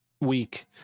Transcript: week